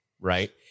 right